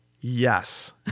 yes